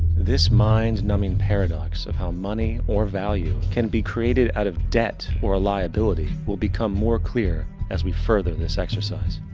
this mind numbing paradox, of how money or value can be created out of debt, or liability, will become more clear as we further and this exercise.